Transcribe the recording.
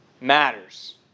matters